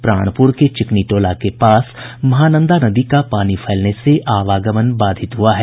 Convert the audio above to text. प्राणपुर के चिकनी टोला के पास महानंदा नदी का पानी फैलने से आवागमन बाधित हुआ है